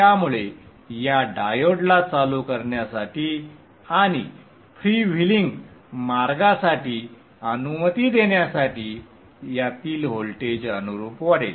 त्यामुळे या डायोडला चालू करण्यासाठी आणि फ्रीव्हीलिंग मार्गासाठी अनुमती देण्यासाठी यातील व्होल्टेज अनुरुप वाढेल